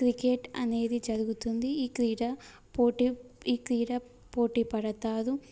cricket అనేది జరుగుతుంది ఈ క్రీడ పోటీ ఈ క్రీడ పోటీ పడతారు